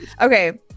Okay